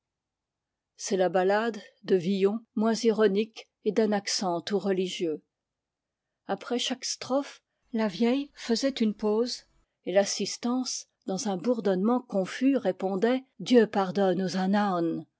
c'est la ballade de villon moins ironique et d'un accent tout religieux après chaque strophe la vieille faisait une pause et l'assistance dans un bourdonnement confus répondait dieu pardonne aux